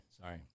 Sorry